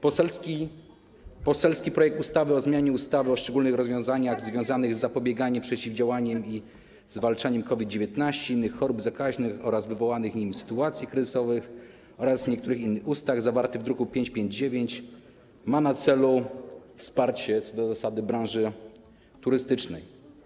Poselski projekt ustawy o zmianie ustawy o szczególnych rozwiązaniach związanych z zapobieganiem, przeciwdziałaniem i zwalczaniem COVID-19, innych chorób zakaźnych oraz wywołanych nimi sytuacji kryzysowych oraz niektórych innych ustaw, zawarty w druku nr 559, ma na celu wsparcie co do zasady branży turystycznej.